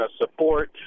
support